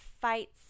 fights